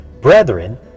brethren